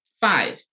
five